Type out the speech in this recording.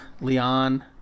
Leon